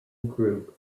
group